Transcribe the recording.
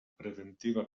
preventiva